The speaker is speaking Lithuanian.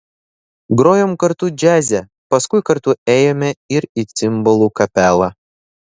grojom kartu džiaze paskui kartu ėjome ir į cimbolų kapelą